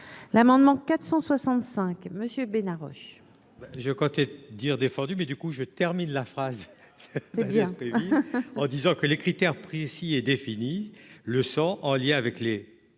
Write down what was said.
l'amendement 465 Monsieur Bénard Roche. Je comptais dire défendu mais du coup je termine la phrase en disant que les critères précis et définis le sang en lien avec les